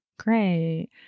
Great